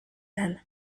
them